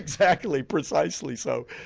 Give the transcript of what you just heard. exactly, precisely so.